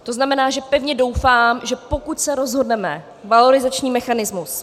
To znamená, že pevně doufám, že pokud se rozhodneme valorizační mechanismus...